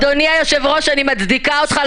אדוני היושב-ראש, אני מצדיקה אותך.